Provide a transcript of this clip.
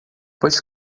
pois